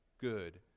good